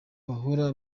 bahora